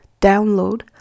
download